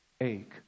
ache